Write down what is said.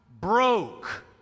broke